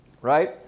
right